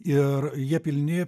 ir jie pilni